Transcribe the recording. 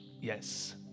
Yes